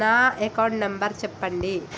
నా account number చెప్పండి?